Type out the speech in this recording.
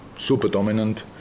Super-dominant